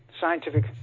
scientific